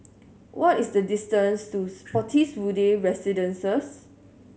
what is the distance to Spottiswoode Residences